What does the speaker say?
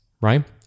right